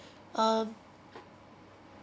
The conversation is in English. um